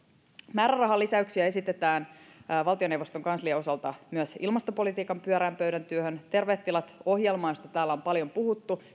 määrärahalisäyksiä esitetään valtioneuvoston kanslian osalta myös ilmastopolitiikan pyöreän pöydän työhön terveet tilat ohjelmaan josta täällä on paljon puhuttu